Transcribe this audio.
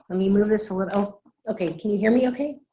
i mean move this a little okay can you hear me okay?